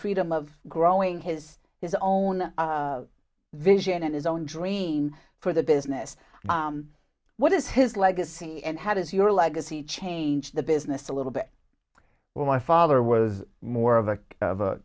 freedom of growing his his own vision and his own dream for the business what is his legacy and how does your legacy change the business a little bit well my father was more of a